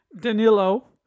Danilo